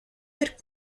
per